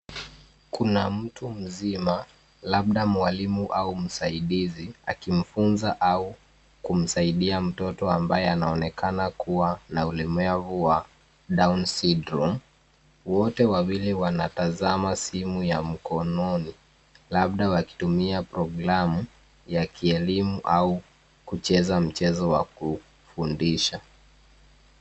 Kuna mtu mzima, labda mwalimu au msaidizi, akimfunza au kumsaidia mtoto ambaye anaonekana kuwa na ulemavu wa down syndrome . Wote wawili wanatazama simu ya mkononi, labda wakitumia programu ya kielimu au kucheza mchezo wa kufundisha.